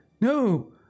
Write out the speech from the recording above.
No